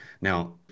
Now